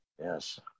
yes